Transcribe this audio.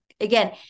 Again